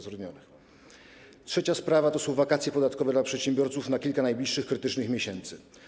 Trzecia sprawa dotyczy wakacji podatkowych dla przedsiębiorców na kilka najbliższych krytycznych miesięcy.